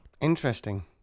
Interesting